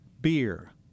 beer